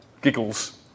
Giggles